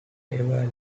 ever